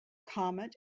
comet